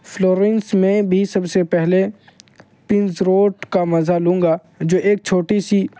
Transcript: Florence میں بھی سب سے پہلے پنس روٹ کا مزہ لوں گا جو ایک چھوٹی سی